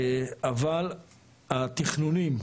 אבל התכנונים,